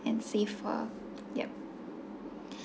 and safer yup